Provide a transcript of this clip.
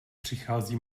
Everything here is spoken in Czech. přichází